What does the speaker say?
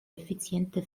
effizienter